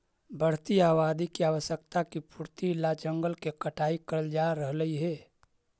बढ़ती आबादी की आवश्यकता की पूर्ति ला जंगल के कटाई करल जा रहलइ हे